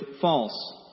false